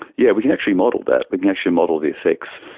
yeah we can actually model that, we can actually model the effects.